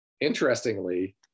interestingly